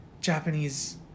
Japanese